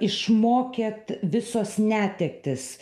išmokė visos netektys